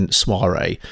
soiree